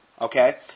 Okay